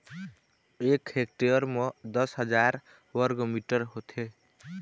एक हेक्टेयर म दस हजार वर्ग मीटर होथे